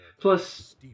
Plus